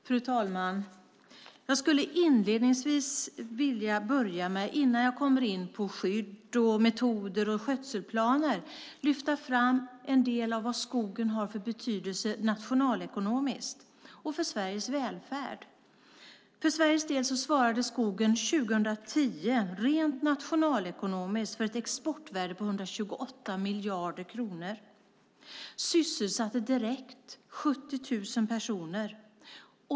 Fru talman! Jag skulle inledningsvis vilja, innan jag kommer in på skydd, metoder och skötselplaner, lyfta fram vad skogen har för betydelse nationalekonomiskt och för Sveriges välfärd. För Sveriges del svarade skogen 2010 rent nationalekonomiskt för ett exportvärde på 128 miljarder kronor och sysselsatte direkt 70 000 personer.